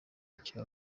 icyo